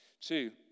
Two